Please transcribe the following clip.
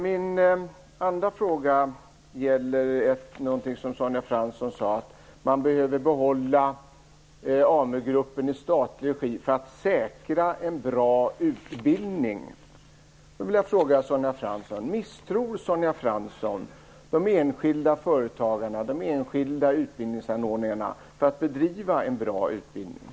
Den andra frågan gäller det Sonja Fransson sade om att man behöver behålla AmuGruppen i statlig regi för att säkra en bra utbildning. Misstror Sonja Fransson de enskilda företagarna och utbildningsanordnarna när det gäller att bedriva en bra utbildning?